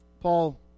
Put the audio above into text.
Paul